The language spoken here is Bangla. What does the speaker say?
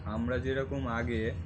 আমরা যেরকম আগে